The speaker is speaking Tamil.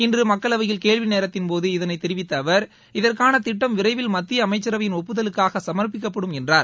இன்று மக்களவையில் கேள்வி நேரத்தின் போது இதனை தெரிவித்த அவர் இதற்கான திட்டம் விரைவில் மத்திய அமைச்சரவையின் ஒப்புதலுக்காக சமர்பிக்கப்படும் என்றார்